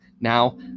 Now